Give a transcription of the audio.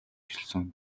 хэлсэн